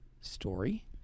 story